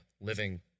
living